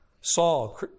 Saul